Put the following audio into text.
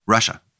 Russia